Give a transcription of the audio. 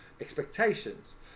expectations